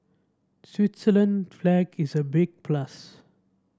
Switzerland flag is a big plus